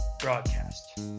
broadcast